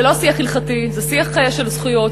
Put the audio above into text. זה לא שיח הלכתי, זה שיח של זכויות.